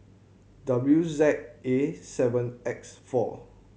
W Z A seven X four